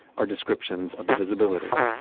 are descriptions of the visibility.